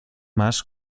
más